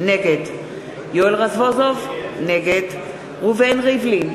נגד יואל רזבוזוב, נגד ראובן ריבלין,